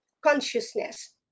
consciousness